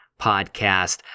podcast